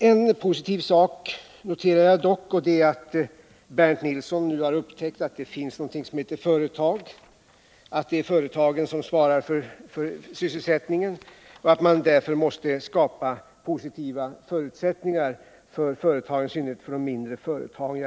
En positiv sak noterar jag dock, nämligen att Bernt Nilsson nu har upptäckt att det finns något som heter företag, att det är företagen som svarar för sysselsättningen och att man därför måste skapa positiva förutsättningar för företagen, i synnerhet för de mindre företagen.